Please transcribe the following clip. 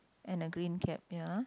and a green cap ya